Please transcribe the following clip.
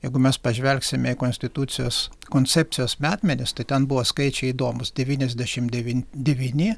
jeigu mes pažvelgsime į konstitucijos koncepcijos metmenis tai ten buvo skaičiai įdomūs devyniasdešimt dev devyni